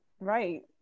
right